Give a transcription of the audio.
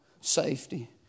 safety